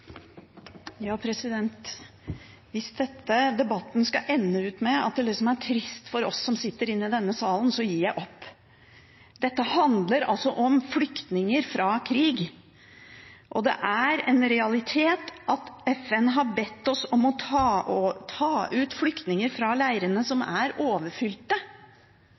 Hvis denne debatten skal ende med at det er trist for oss som sitter i denne salen, gir jeg opp. Dette handler om flyktninger fra krig, og det er en realitet at FN har bedt oss om å ta ut flyktninger fra leirene, som er overfylte.